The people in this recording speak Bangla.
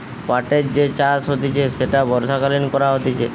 পাটের যে চাষ হতিছে সেটা বর্ষাকালীন করা হতিছে